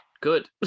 good